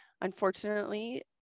unfortunately